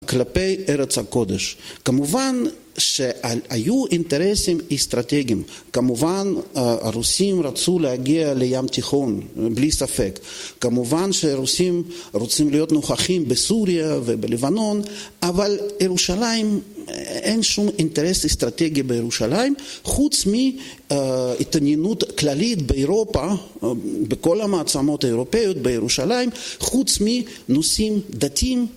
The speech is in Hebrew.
כלפי ארץ הקודש. כמובן שהיו אינטרסים אסטרטגיים, כמובן הרוסים רצו להגיע לים תיכון, בלי ספק, כמובן שהרוסים רוצים להיות נוכחים בסוריה ובלבנון, אבל ירושלים, אין שום אינטרס אסטרטגי בירושלים, חוץ מהתעניינות כללית באירופה, בכל המעצמות האירופאיות בירושלים, חוץ מנושאים דתיים.